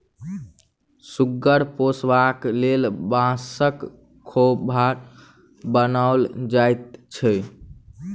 सुगर पोसबाक लेल बाँसक खोभार बनाओल जाइत छै